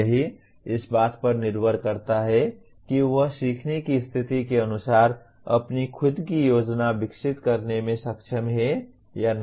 यह इस बात पर निर्भर करता है कि वह सीखने की स्थिति के अनुसार अपनी खुद की योजना विकसित करने में सक्षम है या नहीं